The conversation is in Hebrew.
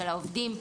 של העובדים,